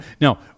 Now